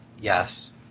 Yes